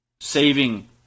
saving